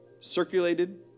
circulated